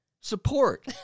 Support